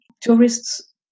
Tourists